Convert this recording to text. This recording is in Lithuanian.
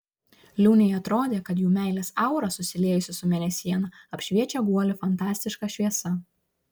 liūnei atrodė kad jų meilės aura susiliejusi su mėnesiena apšviečia guolį fantastiška šviesa